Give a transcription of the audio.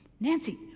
Nancy